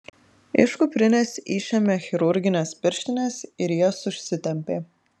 iš kuprinės išėmė chirurgines pirštines ir jas užsitempė